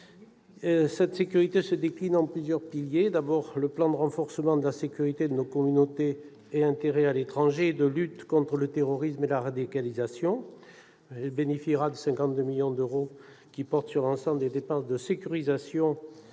La sécurité se décline en plusieurs piliers. Le plan de renforcement de la sécurité de nos communautés et intérêts à l'étranger et de lutte contre le terrorisme et la radicalisation bénéficiera de 52 millions d'euros, portant l'ensemble des dépenses de sécurisation